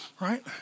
right